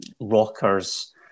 rockers